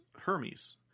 Hermes